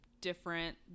different